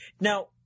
Now